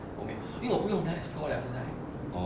我没有因为我不用 live score liao 现在